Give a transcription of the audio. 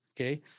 okay